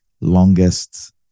longest